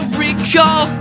recall